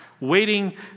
waiting